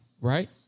right